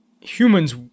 humans